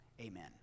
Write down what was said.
Amen